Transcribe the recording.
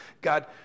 God